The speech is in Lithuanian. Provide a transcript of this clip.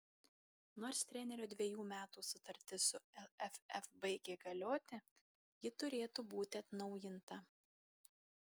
nors trenerio dvejų metų sutartis su lff baigė galioti ji turėtų būti atnaujinta